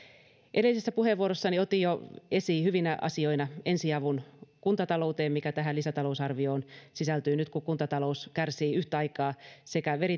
edellisessä puheenvuorossani otin jo esiin hyvinä asioina ensiavun kuntatalouteen mikä tähän lisätalousarvioon sisältyy nyt kun kuntatalous kärsii yhtä aikaa sekä